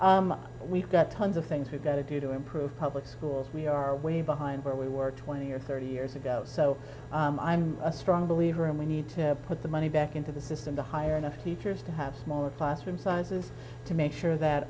we've got tons of things we've got to do to improve public schools we are way behind where we were twenty or thirty years ago so i'm a strong believer in we need to put the money back into the system to hire enough teachers to have smaller classroom sizes to make sure that